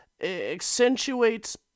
accentuates